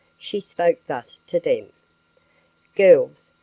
she spoke thus to them girls,